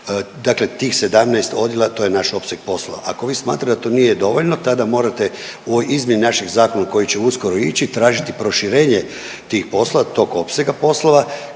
Dakle, tih 17 odjela to je naš opseg poslova. Ako vi smatrate da to nije dovoljno tada morate u izmjeni našeg zakon koji će uskoro ići tražiti proširenje tih poslova, tog opsega poslova